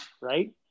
right